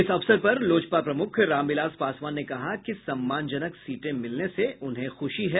इस अवसर पर लोजपा प्रमुख रामविलास पासवान ने कहा कि सम्मानजनक सीटें मिलने से उन्हें खुशी है